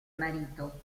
marito